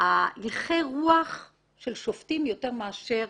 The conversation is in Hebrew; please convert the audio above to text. הלכי רוח של שופטים מאשר